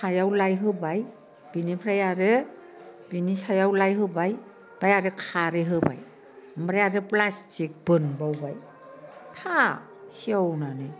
सायाव लाइ होबाय बिनिफ्राय आरो बिनि सायाव लाइ होबाय ओमफाय आरो खारै होबाय ओमफ्राय आरो प्लास्टिक बोनबावबाय था सेवनानै